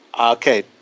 Okay